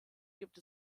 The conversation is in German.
gibt